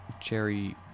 cherry